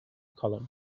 column